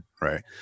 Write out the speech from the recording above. Right